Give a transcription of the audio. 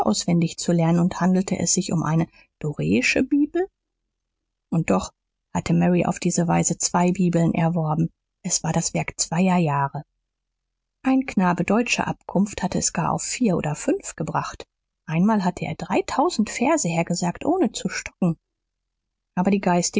auswendig zu lernen und handelte es sich um eine doresche bibel und doch hatte mary auf diese weise zwei bibeln erworben es war das werk zweier jahre ein knabe deutscher abkunft hatte es gar auf vier oder fünf gebracht einmal hatte er dreitausend verse hergesagt ohne zu stocken aber die geistige